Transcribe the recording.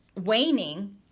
waning